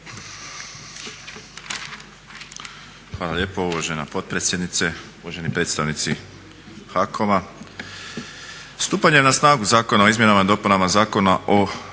Hvala lijepo uvažena potpredsjednice, uvaženi predstavnici HAKOM-a. Stupanjem na snagu Zakona o izmjenama i dopunama Zakona o